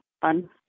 fun